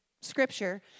scripture